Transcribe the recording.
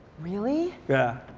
really? yeah.